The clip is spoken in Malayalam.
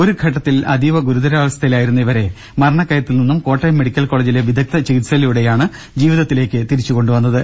ഒരു ഘട്ടത്തിൽ അതീവ ഗുരുതരാവസ്ഥയിലായിരുന്ന ഇവരെ മരണക്കയത്തിൽ നിന്നും കോട്ടയം മെഡിക്കൽ കോളേജിലെ ചികിത്സയിലൂടെയാണ് ജീവിതത്തിലേക്ക് വിദഗ്ദ്ധ തിരിച്ച് കൊണ്ടുവന്നത്